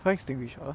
fire extinguisher